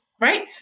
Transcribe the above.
Right